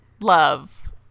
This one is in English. love